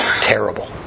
terrible